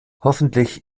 hoffentlich